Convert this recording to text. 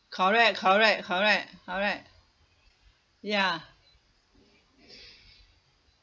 correct correct correct correct ya